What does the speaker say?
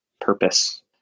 purpose